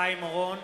חיים אורון,